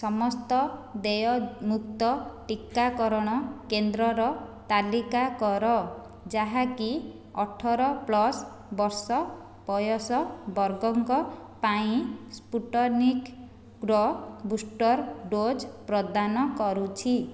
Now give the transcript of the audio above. ସମସ୍ତ ଦେୟମୁକ୍ତ ଟିକାକରଣ କେନ୍ଦ୍ରର ତାଲିକା କର ଯାହାକି ଅଠର ପ୍ଲସ୍ ବର୍ଷ ବୟସ ବର୍ଗଙ୍କ ପାଇଁ ସ୍ପୁଟନିକ୍ର ବୁଷ୍ଟର୍ ଡ଼ୋଜ୍ ପ୍ରଦାନ କରୁଛି